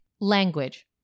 Language